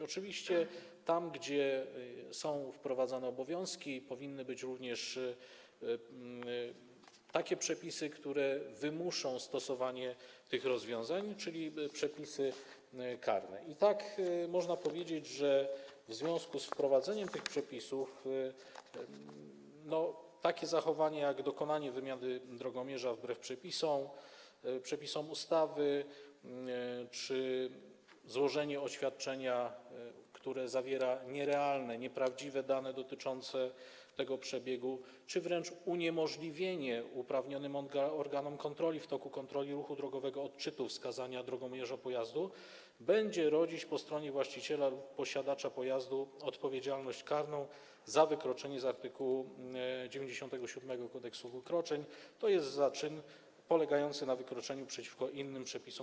Oczywiście tam, gdzie są nakładane obowiązki, powinny być również wprowadzane przepisy, które wymuszą stosowanie tych rozwiązań, czyli przepisy karne, i można powiedzieć, że w związku z wprowadzeniem tych przepisów takie zachowania jak dokonanie wymiany drogomierza wbrew przepisom ustawy czy złożenie oświadczenia, które zawiera nierealne, nieprawdziwe dane dotyczące przebiegu pojazdu, czy uniemożliwienie uprawnionym organom kontroli w toku kontroli ruchu drogowego odczytu wskazania drogomierza pojazdu będą rodzić po stronie właściciela, posiadacza pojazdu odpowiedzialność karną za wykroczenie z art. 97 Kodeksu wykroczeń, tj. za czyn polegający na wykroczeniu przeciwko innym przepisom